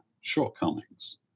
shortcomings